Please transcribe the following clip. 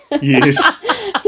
Yes